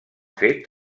fet